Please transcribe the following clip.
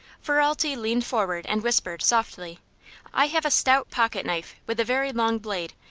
ferralti leaned forward and whispered, softly i have a stout pocket-knife, with a very long blade.